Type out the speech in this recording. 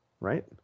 right